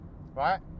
right